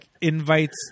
invites